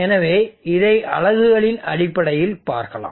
எனவே இதை அலகுகளின் அடிப்படையில் பார்க்கலாம்